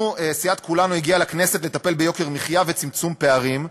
סיעת כולנו הגיעה לכנסת כדי לטפל ביוקר המחיה ובצמצום פערים,